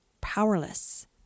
Powerless